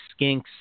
skinks